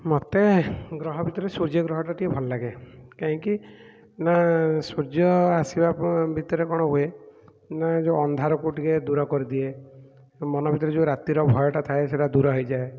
ମୋତେ ଗ୍ରହ ଭିତରୁ ସୁର୍ଯ୍ୟ ଗ୍ରହଟା ଟିକିଏ ଭଲଲାଗେ କାହିଁକି ନା ସୂର୍ଯ୍ୟ ଆସିବା ପ ଭିତରେ କ'ଣ ହୁଏ ନା ଯେଉଁ ଅନ୍ଧାରକୁ ଟିକିଏ ଦୂର କରିଦିଏ ମନ ଭିତରେ ଯେଉଁ ରାତିର ଭୟଟା ଥାଏ ସେଇଟା ଦୂର ହେଇଯାଏ